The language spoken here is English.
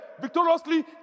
victoriously